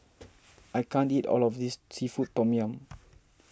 I can't eat all of this Seafood Tom Yum